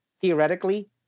theoretically